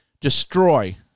destroy